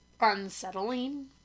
unsettling